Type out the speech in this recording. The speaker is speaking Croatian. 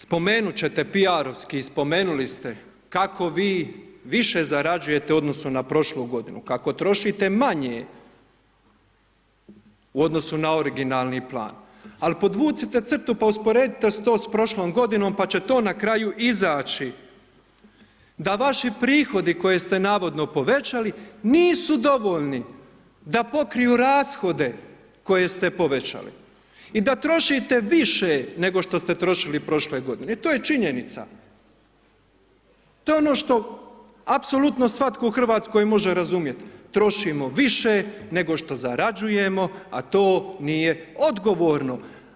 Spomenuti ćete P.R. spomenuli ste, kako vi, više zarađujete u odnosu na prošlu g. kako trošite manje u odnosu na originalni plan, ali podvucite crtu pa usporedite to s prošlom g. pa će to na kraju izaći, da vaši prihodi koje ste navodno povećali, nisu dovoljno, da pokriju rashode koje ste povećali i da trošite više nego što ste trošili prošle g. I to je činjenica, to je ono što apsolutno svatko u Hrvatskoj može razumjeti, trošimo više, nego što zarađujemo, a to nije odgovorno.